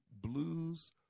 blues